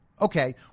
Okay